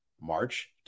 March